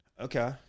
Okay